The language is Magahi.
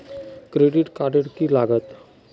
क्रेडिट कार्ड की लागत?